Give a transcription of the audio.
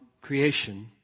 creation